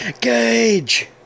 gage